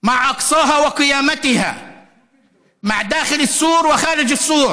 במסגד אל-אקצא ובאזורים שבפנים החומה ומחוץ לחומה.